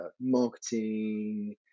marketing